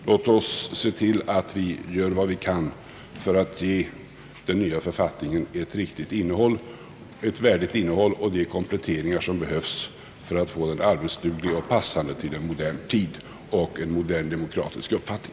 Låt oss se till att vi gör vad vi kan för att ge den nya författningen ett riktigt och värdigt innehåll och de kompletteringar som behövs för att få den arbetsduglig och anpassad till en modern tid och en modern demokratisk uppfattning.